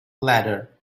ladder